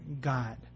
god